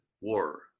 war